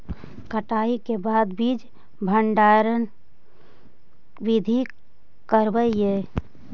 कटाई के बाद बीज भंडारन बीधी करबय?